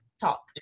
talk